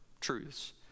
truths